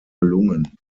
gelungen